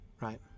right